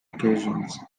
occasions